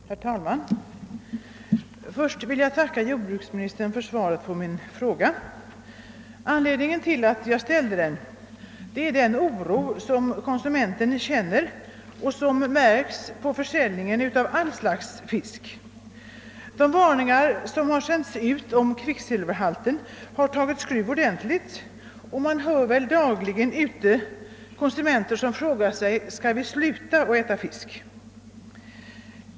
Herr talman! Först vill jag tacka jordbruksministern för svaret på min fråga. Anledningen till att jag ställt den är den oro som konsumenterna känner och som märks på försäljningen av allt slags fisk. De varningar som sänts ut har tagit skruv ordentligt och man hör dagligen konsumenter som frågar: Skall vi sluta att äta fisk?